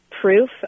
proof